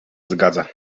zgadza